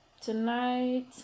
tonight